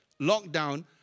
lockdown